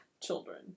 children